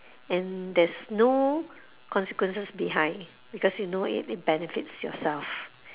and there's no consequences behind because you know it it benefits yourself